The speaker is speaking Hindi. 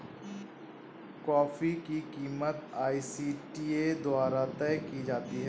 कॉफी की कीमत आई.सी.टी.ए द्वारा तय की जाती है